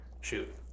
Shoot